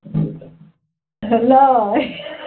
भेलै